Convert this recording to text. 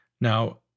Now